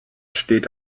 steht